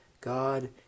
God